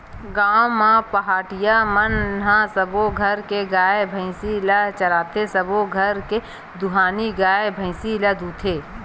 गाँव म पहाटिया मन ह सब्बो घर के गाय, भइसी ल चराथे, सबो घर के दुहानी गाय, भइसी ल दूहथे